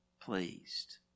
pleased